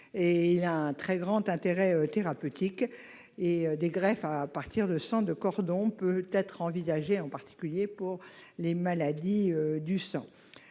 un très grand intérêt thérapeutique. Des greffes à partir de sang de cordon peuvent être envisagées, en particulier pour les maladies du sang.